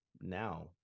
now